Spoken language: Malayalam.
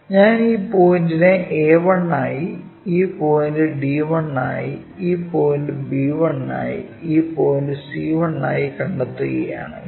ഞാൻ ഈ പോയിന്റിനെ a1 ആയി ഈ പോയിന്റ് d1 ആയി ഈ പോയിന്റ് b1 ആയി ഈ പോയിന്റ് c1 ആയി കണ്ടെത്തുകയാണെങ്കിൽ